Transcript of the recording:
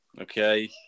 Okay